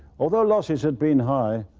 although losses had been high,